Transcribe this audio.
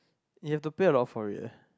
you have to paid a lot for it eh